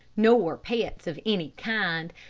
nor pets of any kind,